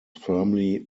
firmly